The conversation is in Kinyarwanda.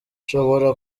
ishobora